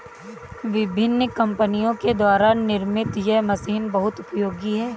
विभिन्न कम्पनियों के द्वारा निर्मित यह मशीन बहुत उपयोगी है